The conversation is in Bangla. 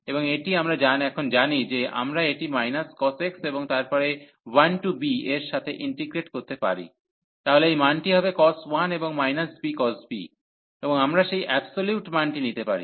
এবং এটি আমরা এখন জানি যে আমরা এটি cos x এবং তারপরে 1 টু b এর সাথে ইন্টিগ্রেট করতে পারি তাহলে এই মানটি হবে cos 1 এবং b cos b এবং আমরা সেই অ্যাবসোলিউট মানটি নিতে পারি